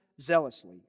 zealously